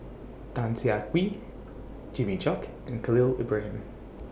Tan Siah Kwee Jimmy Chok and Khalil Ibrahim